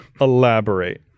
elaborate